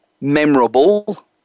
memorable